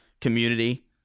community